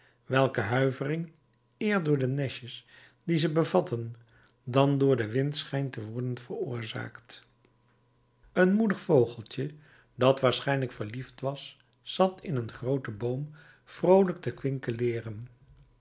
welke huivering eer door de nestjes die ze bevatten dan door den wind schijnt te worden veroorzaakt een moedig vogeltje dat waarschijnlijk verliefd was zat in een grooten boom vroolijk te kwinkeleeren